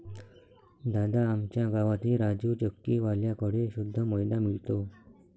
दादा, आमच्या गावातही राजू चक्की वाल्या कड़े शुद्ध मैदा मिळतो